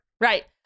Right